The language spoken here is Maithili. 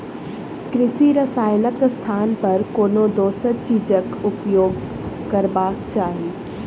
कृषि रसायनक स्थान पर कोनो दोसर चीजक उपयोग करबाक चाही